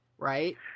Right